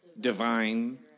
divine